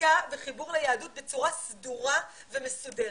זיקה וחיבור ליהדות בצורה סדורה ומסודרת.